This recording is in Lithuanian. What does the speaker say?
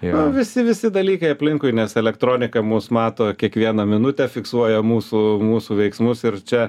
jo visi visi dalykai aplinkui nes elektronika mus mato kiekvieną minutę fiksuoja mūsų mūsų veiksmus ir čia